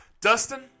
dustin